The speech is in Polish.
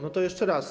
No to jeszcze raz.